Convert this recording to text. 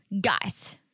guys